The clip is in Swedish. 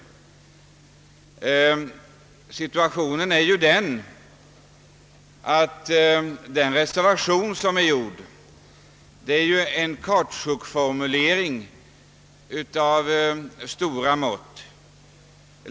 Situationen är ju den att reservationen utmynnar i en kautschukformulering av stora mått.